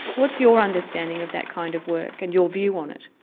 what's your understanding of that kind of work and your view on it?